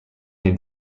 den